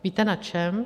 Víte na čem?